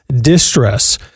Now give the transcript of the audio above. distress